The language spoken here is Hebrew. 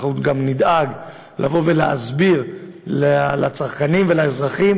אנחנו גם נדאג להסביר לצרכנים ולאזרחים